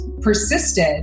persisted